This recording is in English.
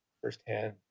firsthand